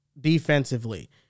defensively